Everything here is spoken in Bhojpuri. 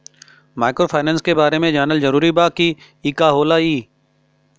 माइक्रोफाइनेस के बारे में जानल जरूरी बा की का होला ई?